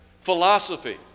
philosophy